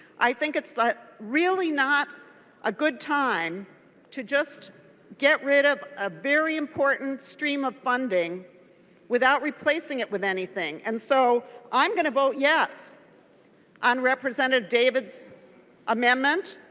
i think it's like really not a good time to just get rid of the ah very important stream of funding without replacing it with anything. and so i'm going to vote yes on representative davids amendment.